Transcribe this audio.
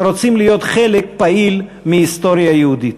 רוצים להיות חלק פעיל מההיסטוריה היהודית.